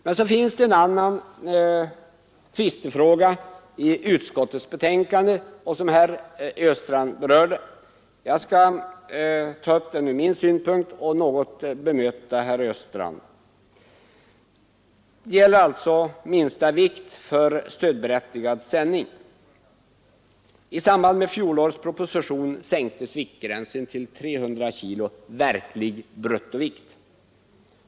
Sedan finns det en annan tvistefråga i utskottsbetänkandet som herr Nr 66 Östrand berörde. Jag skall ta upp den från min synpunkt och något Onsdagen den bemöta herr Östrand. Det gäller minsta vikt för stödberättigad sändning. I 24 april 1974 samband med fjolårets proposition sänktes viktgränsen till 300 kg verklig —————— bruttovikt.